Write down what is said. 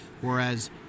whereas